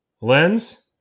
Lens